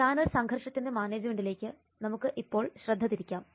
channel സംഘർഷത്തിന്റെ മാനേജ്മെന്റിലേക്ക് നമുക്ക് ഇപ്പോൾ ശ്രദ്ധ തിരിക്കാം